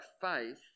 faith